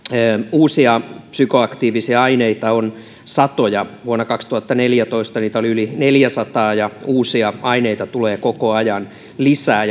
uusia psykoaktiivisia aineita on satoja vuonna kaksituhattaneljätoista niitä oli yli neljäsataa ja uusia aineita tulee koko ajan lisää